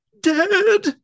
dead